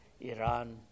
Iran